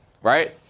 Right